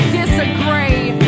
disagree